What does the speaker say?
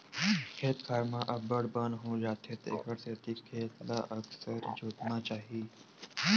खेत खार म अब्बड़ बन हो जाथे तेखर सेती खेत ल अकरस जोतना चाही